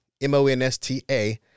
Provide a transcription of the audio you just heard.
M-O-N-S-T-A